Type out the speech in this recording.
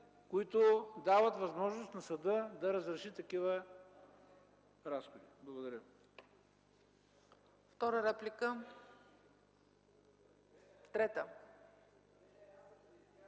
които дават възможност на съда да разреши такива разходи. Благодаря